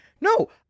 No